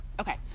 Okay